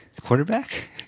Quarterback